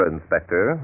Inspector